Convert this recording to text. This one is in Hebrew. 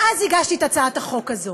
ואז הגשתי את הצעת החוק הזאת,